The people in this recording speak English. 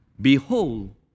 Behold